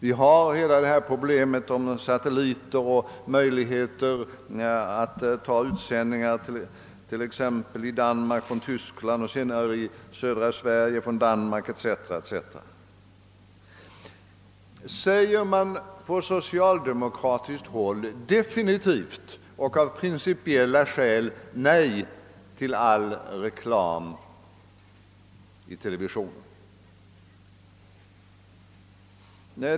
Vi har hela problemet med satelliter. Vi har också möjligheten att i Danmark ta in program med reklam till exempel från Tyskland och att i södra Sverige ta program från Danmark etc. Säger man på socialdemokratiskt håll definitivt och av principiella skäl nej till all reklam i svensk television?